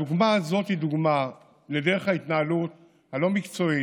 הדוגמה הזאת היא דוגמה לדרך ההתנהלות הלא-מקצועית,